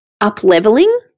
up-leveling